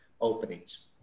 openings